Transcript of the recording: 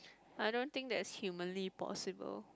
I don't think there is humanly possible